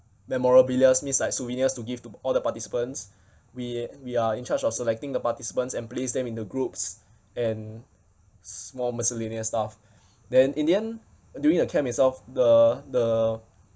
memorabilias means like souvenirs to give to all the participants we we are in charge of selecting the participants and place them into groups and small miscellaneous stuff then in the end during the camp itself the the